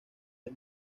del